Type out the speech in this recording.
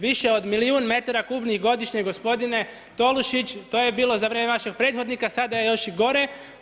Više od milijun metara kubnih godišnje, gospodine Tolušić, to je bilo za vrijeme vašeg prethodnika, sada je još i gore.